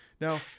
now